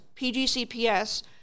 PGCPS